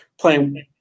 playing